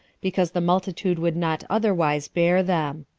because the multitude would not otherwise bear them.